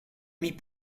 mis